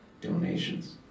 donations